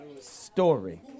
story